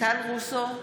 טל רוסו,